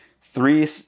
three